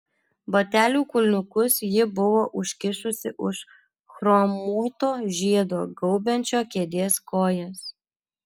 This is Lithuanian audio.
batelių kulniukus ji buvo užkišusi už chromuoto žiedo gaubiančio kėdės kojas